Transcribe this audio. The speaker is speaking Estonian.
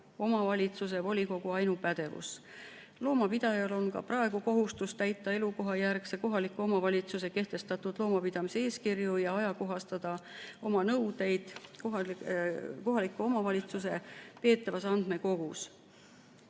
omavalitsuse volikogu ainupädevus. Loomapidajal on ka praegu kohustus täita elukohajärgse kohaliku omavalitsuse kehtestatud loomapidamise eeskirju ja ajakohastada oma nõudeid kohaliku omavalitsuse peetavas andmekogus.